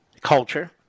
culture